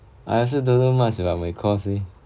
I also don't know much about my course leh